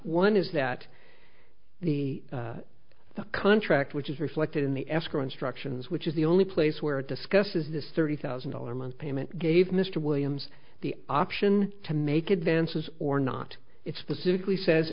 one is that the contract which is reflected in the escrow instructions which is the only place where it discusses this thirty thousand dollars a month payment gave mr williams the option to make advances or not it specifically says